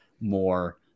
more